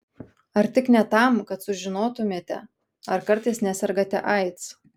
ar tik ne tam kad sužinotumėte ar kartais nesergate aids